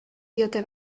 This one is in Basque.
diote